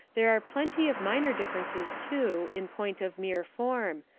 there are plenty of minor differences, too, in point of mere form,